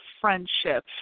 friendship